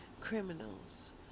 criminals